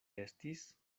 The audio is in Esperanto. estis